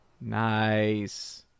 nice